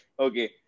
Okay